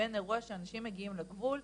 לבין אירוע שאנשים מגיעים מחו"ל,